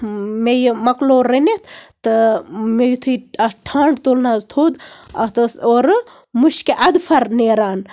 مےٚ یہِ مۄکلوو رٔنِتھ تہٕ مےٚ یُتھُے اَتھ ٹھانڈ تُل نَہ ظ تھوٚد اَتھ اوس اورٕ مُشکہِ اَدفر نیران